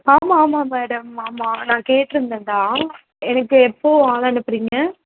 ஆமாம் ஆமாம் மேடம் ஆமாம் நான் கேட்டுருந்தேன் தான் எனக்கு எப்போது ஆள் அனுப்புகிறீங்க